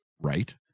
right